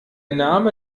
name